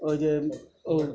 ওই যে ও